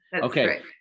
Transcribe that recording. okay